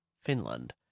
finland